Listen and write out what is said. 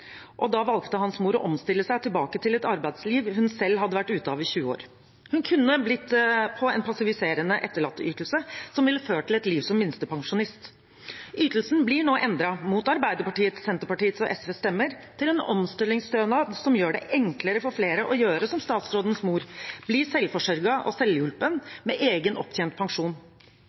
og at hans mor da valgte å omstille seg tilbake til et arbeidsliv hun selv hadde vært ute av i 20 år. Hun kunne blitt på en passiviserende etterlatteytelse, som ville ført til et liv som minstepensjonist. Ytelsen blir nå endret, mot Arbeiderpartiets, Senterpartiets og SVs stemmer, til en omstillingsstønad som gjør det enklere for flere å gjøre som statsrådens mor og bli selvforsørget og selvhjulpen med egen opptjent pensjon.